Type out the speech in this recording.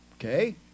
Okay